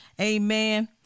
Amen